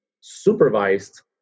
supervised